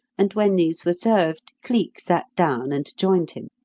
and, when these were served, cleek sat down and joined him.